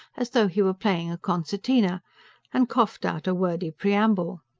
as though he were playing a concertina and coughed out a wordy preamble.